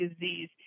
disease